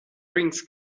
wings